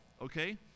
okay